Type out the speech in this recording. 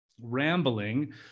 rambling